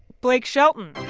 blake shelton